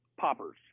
poppers